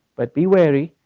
but be wary,